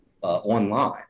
online